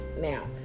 now